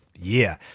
yeah.